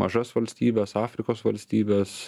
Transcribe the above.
mažas valstybes afrikos valstybes